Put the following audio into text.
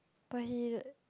but he